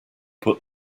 put